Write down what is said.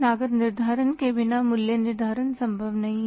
लागत निर्धारण के बिना मूल्य निर्धारण संभव नहीं है